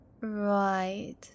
Right